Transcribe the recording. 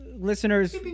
Listeners